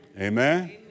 Amen